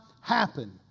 happen